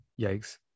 yikes